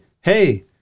hey